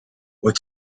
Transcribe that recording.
what